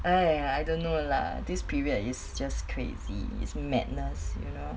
!aiya! I don't know lah this period is just crazy is madness you know